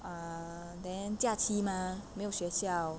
ah then 假期吗没有学校